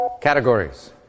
Categories